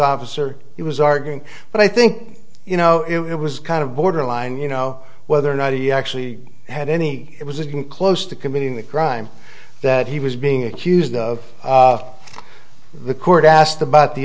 officer he was arguing but i think you know it was kind of borderline you know whether or not he actually had any it was just been close to committing the crime that he was being accused of the court asked about the